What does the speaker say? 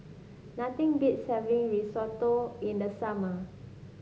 nothing beats having Risotto in the summer